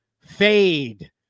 fade